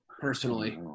personally